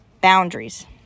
boundaries